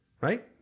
Right